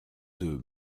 deux